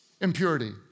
impurity